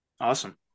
Awesome